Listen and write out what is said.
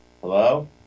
Hello